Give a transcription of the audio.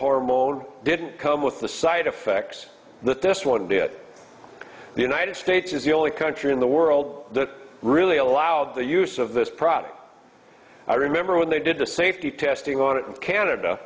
hormone didn't come with the side effects that this one did the united states is the only country in the world that really allowed the use of this product i remember when they did the safety testing on it in canada